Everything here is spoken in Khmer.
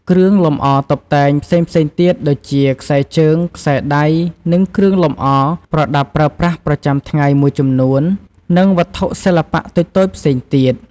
គ្រឿងលម្អតុបតែងផ្សេងៗទៀត ដូចជា ខ្សែជើង, ខ្សែដៃ និងគ្រឿងលម្អប្រដាប់ប្រើប្រាស់ប្រចាំថ្ងៃមួយចំនួន និងវត្ថុសិល្បៈតូចៗផ្សេងទៀត។